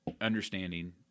understanding